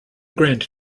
grand